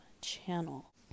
channel